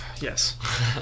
Yes